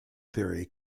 theory